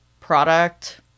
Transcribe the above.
product